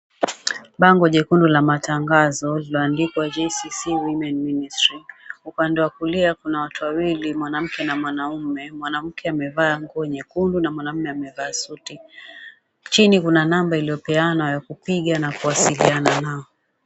Bango jekundu la matangazo lililoandikwa, JCC Women Ministry. Upande wa kulia kuna watu wawili, mwanamke na mwanaume. Mwanamke amevaa nguo nyekundu na mwanaume amevaa suti. Chini kuna namba iliyopeanwa ya kupiga na kuwasiliana nao.